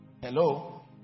Hello